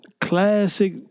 classic